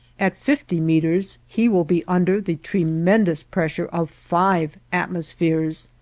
at fifty meters he will be under the tremendous pressure of five atmospheres.